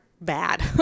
bad